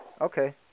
Okay